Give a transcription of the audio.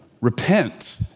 Repent